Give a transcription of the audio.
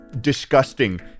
disgusting